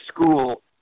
school